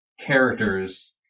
characters